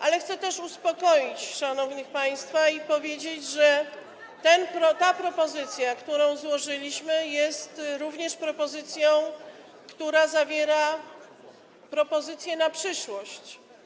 Ale chcę też uspokoić szanownych państwa i powiedzieć, że ta propozycja, którą złożyliśmy, jest również propozycją, która zawiera propozycję na przyszłość.